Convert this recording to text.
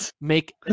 make